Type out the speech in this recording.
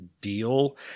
deal